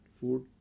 food